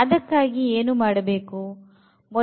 ಅದಕ್ಕಾಗಿ ಏನು ಮಾಡಬೇಕು